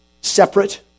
separate